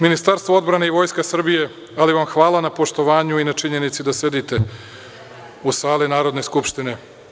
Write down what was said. Ministarstvo odbrane i Vojska Srbije, ali vam hvala na tome, na poštovanju i na činjenici da sedite u sali Narodne skupštine.